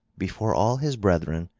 before all his brethren,